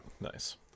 nice